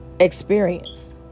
Experience